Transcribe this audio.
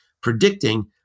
predicting